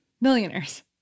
Millionaires